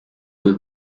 eux